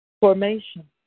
Formation